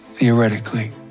Theoretically